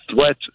threat